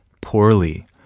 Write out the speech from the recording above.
poorly